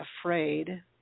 afraid